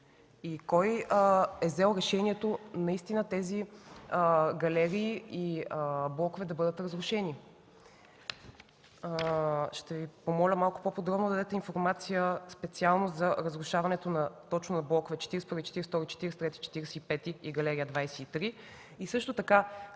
Кой е взел решението наистина тези галерии и блокове да бъдат разрушени? Ще Ви помоля малко по-подробно да дадете информация специално за разрушаването точно на блокове 41, 42, 43, 45 и галерия 23. Същото така